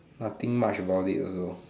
nothing much about it also